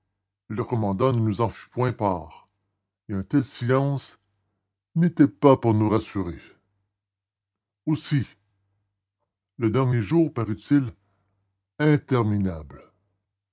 le commandant ne nous en fit point part et un tel silence n'était pas pour nous rassurer aussi le dernier jour parut-il interminable